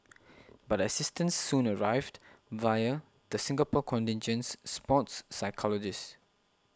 but assistance soon arrived via the Singapore contingent's sports psychologist